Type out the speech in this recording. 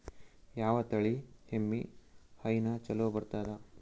ಯಾವ ತಳಿ ಎಮ್ಮಿ ಹೈನ ಚಲೋ ಬರ್ತದ?